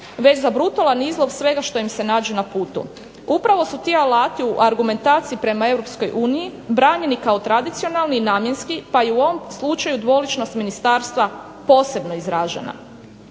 već za brutalan izlov svega što im se nađe na putu. Upravo su ti alati u argumentaciji prema Europskoj uniji branjeni kao tradicionalni i namjenski, pa i u ovom slučaju dvoličnost ministarstva posebno izražena.